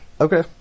Okay